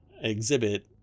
exhibit